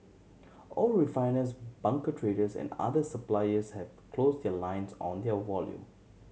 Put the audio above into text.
all refiners bunker traders and other suppliers have closed the lines on their volume